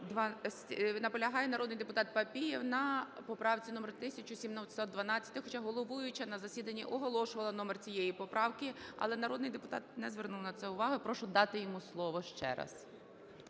народний депутат Папієв на поправці 1712. Хоча головуюча на засіданні оголошувала номер цієї поправки, але народний депутат не звернув на це увагу. Прошу дати йому слово ще раз.